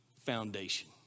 Foundation